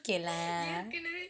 K lah